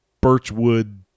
birchwood